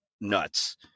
nuts